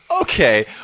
okay